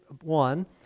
one